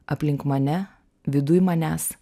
aplink mane viduj manęs